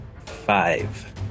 Five